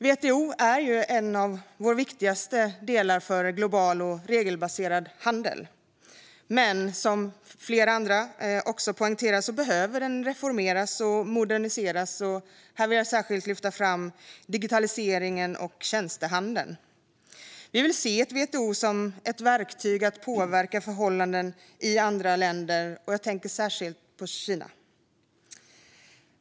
WTO är en av våra viktigaste delar för global och regelbaserad handel, och som flera andra också har poängterat behöver det reformeras och moderniseras. Här vill jag särskilt lyfta fram digitaliseringen och tjänstehandeln. Vi vill se WTO som ett verktyg för att påverka förhållanden i andra länder, och jag tänker särskilt på Kina.